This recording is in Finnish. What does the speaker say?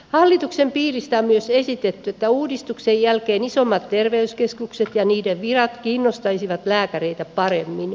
hallituksen piiristä on myös esitetty että uudistuksen jälkeen isommat terveyskeskukset ja niiden virat kiinnostaisivat lääkäreitä paremmin